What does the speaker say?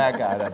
yeah guy that